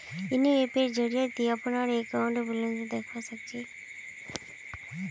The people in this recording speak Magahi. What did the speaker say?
योनो ऐपेर जरिए ती अपनार अकाउंटेर बैलेंस देखवा सख छि